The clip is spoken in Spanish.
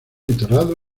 enterrado